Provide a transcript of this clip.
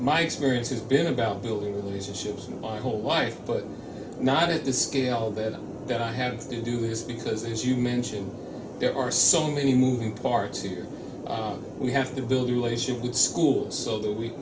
my experience has been about building relationships in my whole life but not at the scale that i that i have to do is because as you mentioned there are so many moving parts here we have to build a relationship with schools so that we